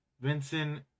Vincent